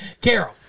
Carol